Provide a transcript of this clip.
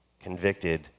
convicted